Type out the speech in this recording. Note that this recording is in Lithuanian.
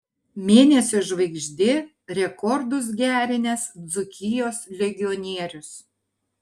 mėnesio žvaigždė rekordus gerinęs dzūkijos legionierius